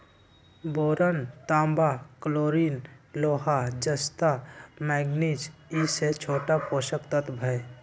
boron तांबा chlorine लोहा जस्ता मैग्निज ई स छोट पोषक तत्त्व हई